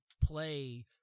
play